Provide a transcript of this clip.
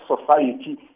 society